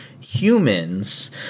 humans